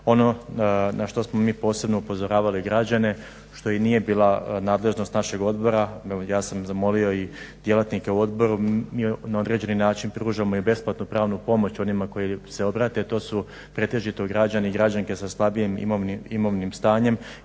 Ono na što smo mi posebno upozoravali građane što i nije bila nadležnost našeg Odbora, ja sam zamolio i djelatnike u Odboru, mi na određeni način pružamo i besplatnu pravnu pomoć onima koji se obrate. To su pretežito građanke i građani sa slabijim imovnim stanjem